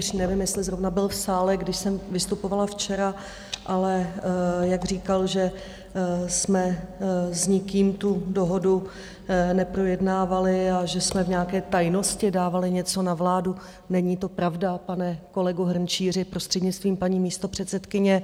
Nevím, jestli zrovna byl v sále, když jsem vystupovala včera, ale jak říkal, že jsme s nikým tu dohodu neprojednávali a že jsme v nějaké tajnosti dávali něco na vládu není to pravda, pane kolego Hrnčíři, prostřednictvím paní místopředsedkyně.